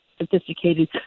sophisticated